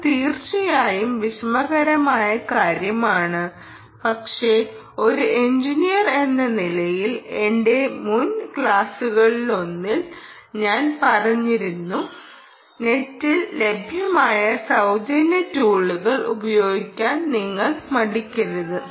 അത് തീർച്ചയായും വിഷമകരമായ കാര്യമാണ് പക്ഷേ ഒരു എഞ്ചിനീയർ എന്ന നിലയിൽ എന്റെ മുൻ ക്ലാസുകളിലൊന്നിൽ ഞാൻ പറഞ്ഞിരുന്നു നെറ്റിൽ ലഭ്യമായ സൌജന്യ ടൂളുകൾ ഉപയോഗിക്കാൻ നിങ്ങൾ മടിക്കരുത്